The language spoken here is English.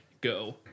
go